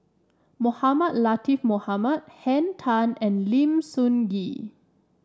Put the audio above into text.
Mohamed Latiff Mohamed Henn Tan and Lim Sun Gee